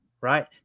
right